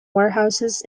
warehouses